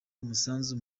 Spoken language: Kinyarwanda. umusanzu